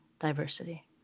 diversity